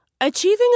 Achieving